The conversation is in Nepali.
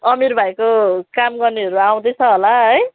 अमिर भाइको काम गर्नेहरू आउँदैछ होला है